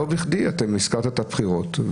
לא בכדי אתה הזכרת את הבחירות.